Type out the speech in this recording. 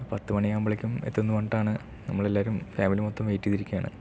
പത്ത് മണിയാകുമ്പളേക്കും എത്തുമെന്ന് പറഞ്ഞിട്ടാണ് നമ്മളെല്ലാവരും ഫാമിലി മൊത്തം വെയിറ്റ്ചെയ്തിരിക്കുകയാണ്